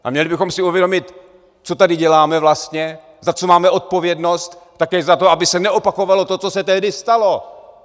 A měli bychom si uvědomit, co tady děláme vlastně, za co máme odpovědnost také za to, aby se neopakovalo to, co se tehdy stalo.